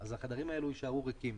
אז החדרים האלה יישארו ריקים.